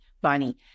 Bunny